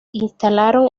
instalaron